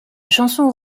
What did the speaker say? chanson